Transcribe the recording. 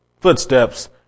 footsteps